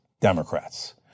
Democrats